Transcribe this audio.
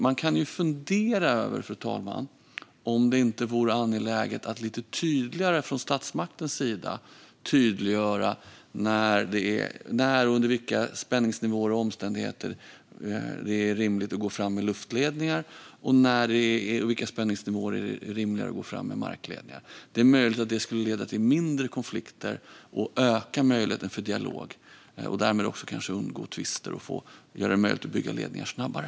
Man kan ju fundera, fru talman, över om det inte vore angeläget att från statsmaktens sida göra det tydligare när och under vilka spänningsnivåer och omständigheter det är rimligt att gå fram med luftledningar och under vilka spänningsnivåer det är rimligare att gå fram med markledningar. Det är möjligt att det skulle leda till mindre konflikter och öka möjligheten till dialog. Därmed skulle man också kanske undgå tvister och göra det möjligt att bygga ledningar snabbare.